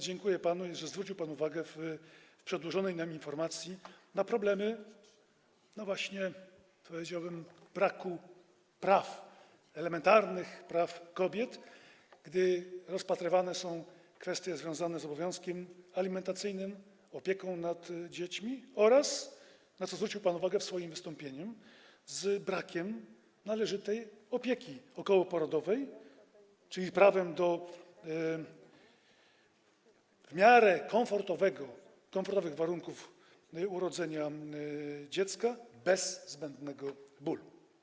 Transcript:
Dziękuję panu, że zwrócił nam pan uwagę w przedłożonej informacji na problemy właśnie, powiedziałbym, braku elementarnych praw kobiet, gdy rozpatrywane są kwestie związane z obowiązkiem alimentacyjnym, opieką nad dziećmi oraz, na co zwrócił pan uwagę w swoim wystąpieniu, brakiem należytej opieki okołoporodowej, czyli prawem do w miarę komfortowych warunków urodzenia dziecka bez zbędnego bólu.